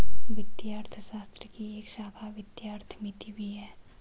वित्तीय अर्थशास्त्र की एक शाखा वित्तीय अर्थमिति भी है